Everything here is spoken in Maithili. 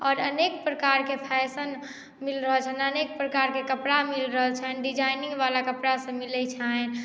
आओर अनेक प्रकारके फैशन मिल रहल छनि अनेक प्रकारके कपड़ा मिल रहल छनि डिजाइनिंगवला कपड़ासभ मिलैत छनि